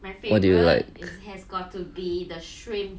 what do you like